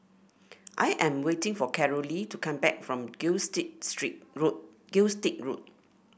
I am waiting for Carolee to come back from Gilstead Street Road Gilstead Road